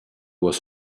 was